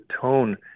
tone